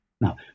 Now